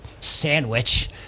sandwich